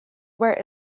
where